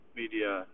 media